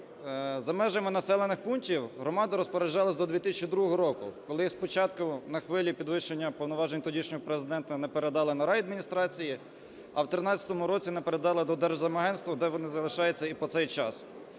за межами населених пунктів громада розпоряджалась до 2002 року, коли спочатку на хвилі підвищення повноважень тодішнього Президента не передали на райадміністрації, а в 13-му році не передали до Держземагентства, де вони залишаються і по цей час.